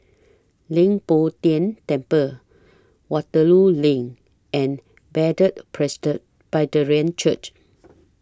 Leng Poh Tian Temple Waterloo LINK and Bethel Presbyterian Church